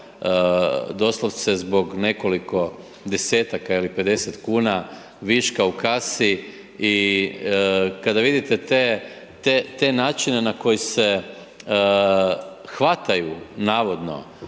doslovce zbog nekoliko desetaka ili 50 kuna viška u kasi. I kada vidite te načine na koje se hvataju navodno